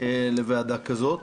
לבוא היום, ושתסתובב השמועה הזאת,